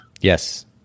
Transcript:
Yes